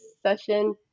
session